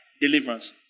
deliverance